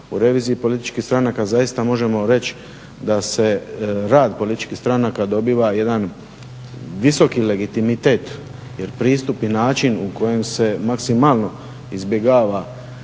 u reviziji političkih stranaka zaista možemo reći da se rad političkih stranaka dobiva jedan visoki legitimitet jer pristup i način u kojem se maksimalno izbjegava